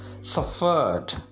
suffered